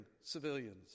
civilians